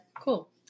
Cool